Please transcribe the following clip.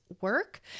work